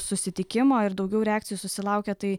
susitikimo ir daugiau reakcijų susilaukė tai